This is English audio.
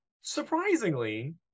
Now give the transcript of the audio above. surprisingly